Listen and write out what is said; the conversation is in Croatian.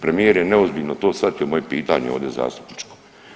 Premijer je neozbiljno to shvatio moje pitanje ovdje zastupničko.